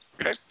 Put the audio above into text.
okay